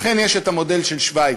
לכן יש המודל של שווייץ,